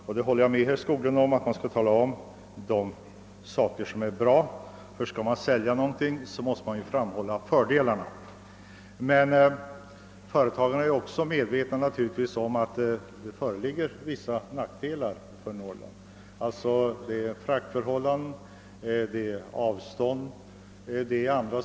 Jag håller med herr Skoglund om att man måste framhålla fördelarna när man vill sälja någonting, men företagarna är naturligtvis medvetna om ait det också är vissa nackdelar med etablering i Norrland, t.ex. långa avstånd och höga frakter.